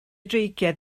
dreigiau